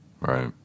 right